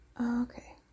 Okay